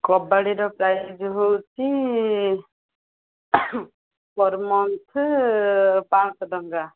କବାଡ଼ିର price ବି ହେଉଛି per month ପାଞ୍ଚ ଶହ ଟଙ୍କା